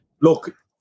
look